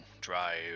drive